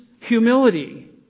humility